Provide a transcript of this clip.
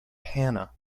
hanna